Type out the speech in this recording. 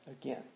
again